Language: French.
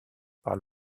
par